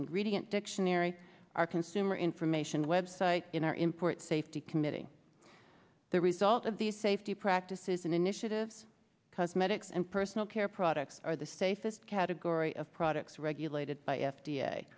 ingredient dictionary our consumer information website in our import safety committee the result of these safety practices and initiatives cosmetics and personal care products are the safest category of products regulated by f